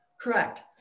Correct